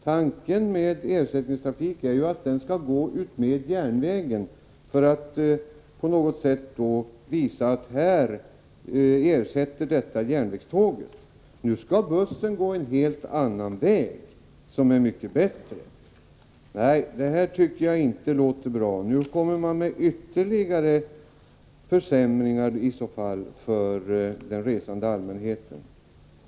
Tanken med ersättningstrafik är att den skall gå utmed järnvägen, för att på något sätt visa att bussen ersätter tåget. Nu skall bussen gå en helt annan väg, som sägs vara mycket bättre. Detta låter inte bra. Det innebär ytterligare försämringar för den resande allmänheten.